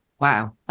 Wow